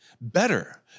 better